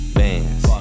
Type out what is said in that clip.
bands